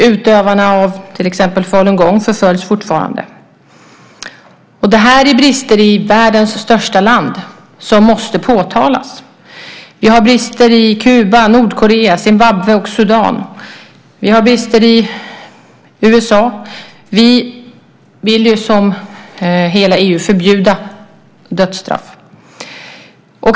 Utövarna av till exempel falungong förföljs fortfarande. Det här är brister i världens största land som måste påtalas. Det finns brister på Kuba, i Nordkorea, Zimbabwe och Sudan. Det finns brister i USA. Vi vill ju, som hela EU, förbjuda dödsstraff.